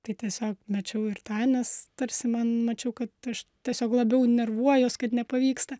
tai tiesiog mečiau ir tanis tarsi man mačiau kad aš tiesiog labiau nervuojuos kad nepavyksta